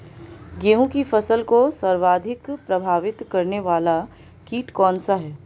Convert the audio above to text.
गेहूँ की फसल को सर्वाधिक प्रभावित करने वाला कीट कौनसा है?